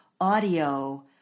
audio